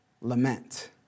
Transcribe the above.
lament